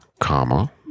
Comma